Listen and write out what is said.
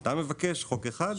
אתה מבקש חוק אחד,